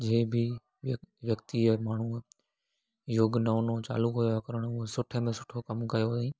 जंहिं बि व्यक व्यक्ति या माण्हू योग नओं नओं चालू कयो आहे करिणो आहे सुठे में सुठो कमु कयो अथईं